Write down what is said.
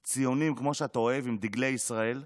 ציונים, כמו שאתה אוהב, עם דגלי ישראל,